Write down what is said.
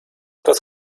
das